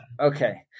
Okay